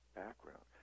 background